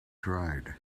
tried